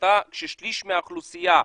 כששליש מן האוכלוסייה,